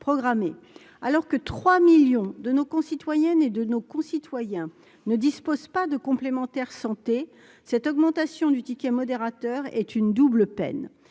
Alors que 3 millions de nos concitoyennes et de nos concitoyens ne disposent pas d'une complémentaire santé, cette augmentation est une double peine.